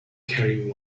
carry